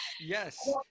Yes